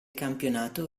campionato